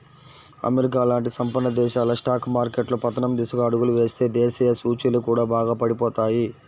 America లాంటి సంపన్న దేశాల స్టాక్ మార్కెట్లు పతనం దిశగా అడుగులు వేస్తే దేశీయ సూచీలు కూడా బాగా పడిపోతాయి